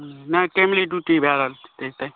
नहि timely duty भऽ रहल हेतैक